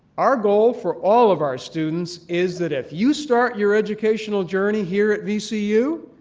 our goal for all of our students is that if you start your educational journey here at vcu,